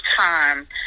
time